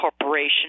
corporation